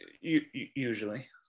Usually